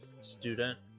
student